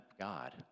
God